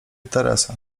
teresa